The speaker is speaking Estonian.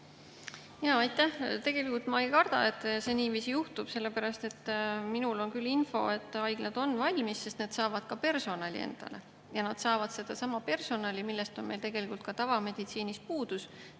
Aitäh! Tegelikult ma ei karda, et niiviisi juhtub, sellepärast et minul on küll info, et haiglad on valmis, sest nad saavad ka personali endale. Ja nad saavad sedasama personali, millest on meil tavameditsiinis puudus,